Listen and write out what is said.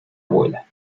abuela